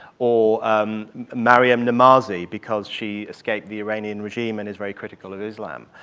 or maryam nemazee because she escaped the iranian regime and is very critical of islam.